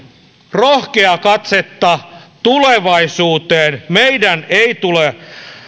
rohkeaa katsetta tulevaisuuteen meidän ei tule